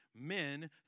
Men